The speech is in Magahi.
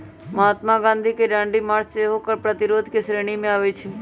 महात्मा गांधी के दांडी मार्च सेहो कर प्रतिरोध के श्रेणी में आबै छइ